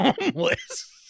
homeless